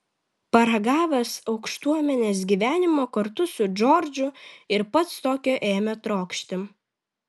paragavęs aukštuomenės gyvenimo kartu su džordžu ir pats tokio ėmė trokšti